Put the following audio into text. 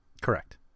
Correct